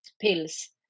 pills